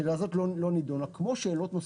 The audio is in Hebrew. השאלה הזו לא נדונה כמו שאלות נוספות,